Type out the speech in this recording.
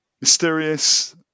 mysterious